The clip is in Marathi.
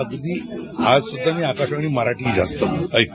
अगदी आज सुध्दा मी आकाशवाणी मराठी जास्त ऐकतो